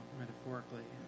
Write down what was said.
metaphorically